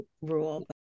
rule